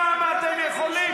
תתביישו לכם, כמה אתם יכולים.